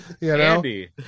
Andy